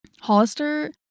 Hollister